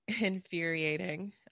infuriating